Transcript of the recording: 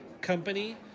Company